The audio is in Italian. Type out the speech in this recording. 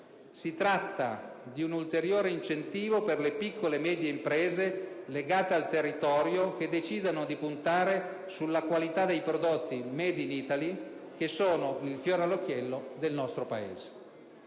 Si tratta di un ulteriore incentivo per le piccole e medie imprese, legate al territorio che decidono di puntare sulla qualità dei prodotti *made in Italy* che sono il fiore all'occhiello del nostro Paese.